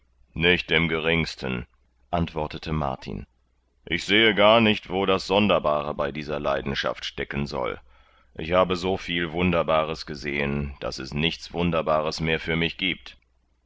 nicht im geringsten antwortete martin ich sehe gar nicht wo das sonderbare bei dieser leidenschaft stecken soll ich habe so viel wunderbares gesehen daß es nichts wunderbares mehr für mich giebt